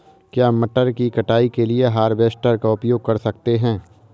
क्या मटर की कटाई के लिए हार्वेस्टर का उपयोग कर सकते हैं?